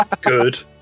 Good